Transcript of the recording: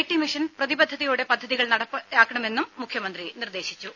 T mission പ്രതിബദ്ധതയോടെ പദ്ധതികൾ നടപ്പിലാക്കണമെന്നും മുഖ്യമന്ത്രി നിർദേശിച്ചു